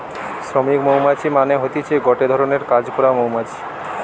শ্রমিক মৌমাছি মানে হতিছে গটে ধরণের কাজ করা মৌমাছি